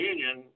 Union